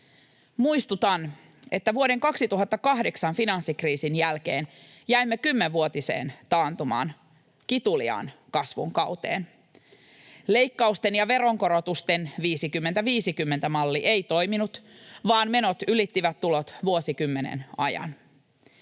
Muistutan, että vuoden 2008 finanssikriisin jälkeen jäimme kymmenvuotiseen taantumaan, kituliaan kasvun kauteen. Leikkausten ja veronkorotusten 50—50-malli ei toiminut, vaan menot ylittivät tulot vuosikymmenen ajan.